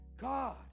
God